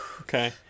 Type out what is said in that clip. Okay